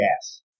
gas